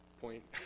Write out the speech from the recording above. point